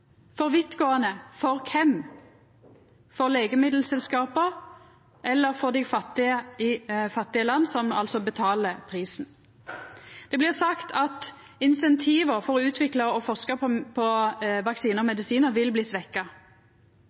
For kven er det for vidtgåande? Er det for legemiddelselskapa eller er det for dei fattige i fattige land, som altså betaler prisen? Det blir sagt at insentiva for å utvikla og forska på vaksinar og medisinar vil bli